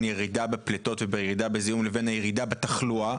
ירידה בפליטות וירידה בזיהום לבין ירידה בתחלואה?